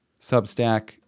Substack